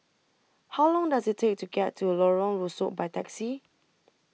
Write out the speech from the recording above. How Long Does IT Take to get to Lorong Rusuk By Taxi